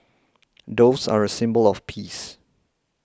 doves are a symbol of peace